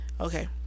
Okay